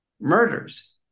murders